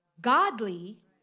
godly